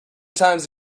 times